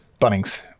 bunnings